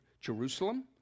Jerusalem